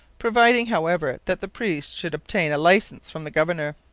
providing, however, that the priests should obtain a licence from the governor.